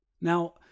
Now